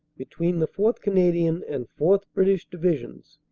between the fourth. canadian and fourth. british divisions,